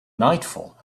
nightfall